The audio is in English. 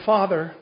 Father